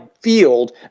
field